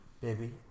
Baby